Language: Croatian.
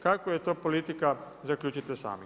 Kakva je to politika zaključite sami.